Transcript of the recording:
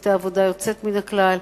עשתה עבודה יוצאת מן הכלל,